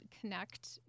connect